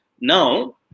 Now